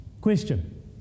Question